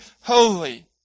holy